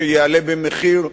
שיעלה מחיר,